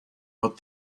what